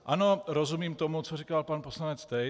Ano, rozumím tomu, co říkal pan poslanec Tejc.